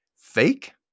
fake